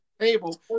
table